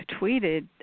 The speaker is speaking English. tweeted